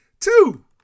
Two